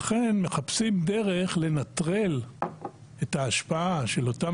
לכן מחפשים דרך לנטרל את ההשפעה של אותם